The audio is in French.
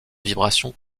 vibrations